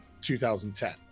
2010